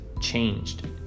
changed